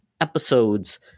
episodes